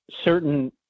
certain